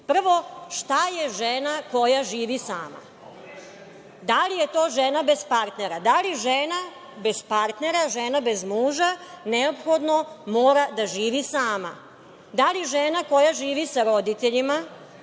šta je žena koja živi sama? Da li je to žena bez partnera? Da li žena bez partnera, žena bez muža neophodno mora da živi sama? Da li žena koji živi sa roditeljima,